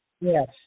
Yes